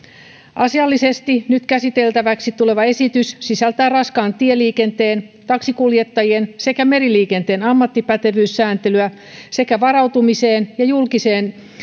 asiallisesti nyt käsiteltäväksi tuleva esitys sisältää raskaan tieliikenteen taksinkuljettajien sekä meriliikenteen ammattipätevyyssääntelyä sekä varautumiseen ja julkisen